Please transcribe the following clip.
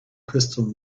crystal